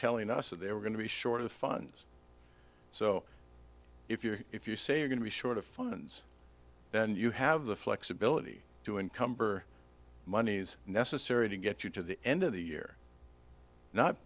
telling us that they were going to be short of funds so if you're if you say you're going to be short of funds then you have the flexibility to encumber monies necessary to get you to the end of the year not